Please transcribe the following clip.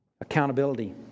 Accountability